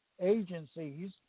agencies